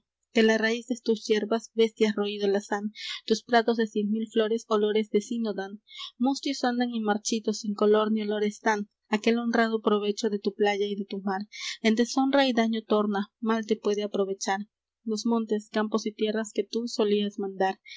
la raíz de sus hierbas bestias roído las han tus prados de cien mil flores olores de sí no dan mustios andan y marchitos sin color ni olor están aquel honrado provecho de tu playa y de tu mar en deshonra y daño torna mal te puede aprovechar los montes campos y tierras que tu solías mandar